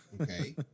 Okay